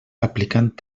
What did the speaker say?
aplicant